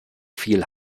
viel